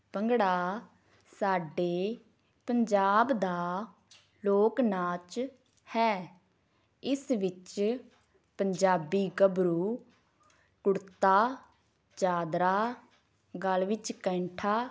ਭੰਗੜਾ ਸਾਡੇ ਪੰਜਾਬ ਦਾ ਲੋਕ ਨਾਚ ਹੈ ਇਸ ਵਿੱਚ ਪੰਜਾਬੀ ਗੱਭਰੂ ਕੁੜਤਾ ਚਾਦਰਾ ਗਲ ਵਿੱਚ ਕੈਂਠਾ